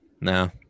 No